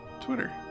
Twitter